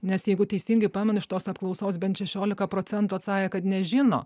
nes jeigu teisingai pamenu iš tos apklausos bent šešiolika procentų atsakė kad nežino